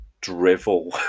drivel